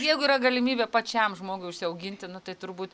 jeigu yra galimybė pačiam žmogui užsiauginti nu tai turbūt